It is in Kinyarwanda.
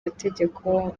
mategeko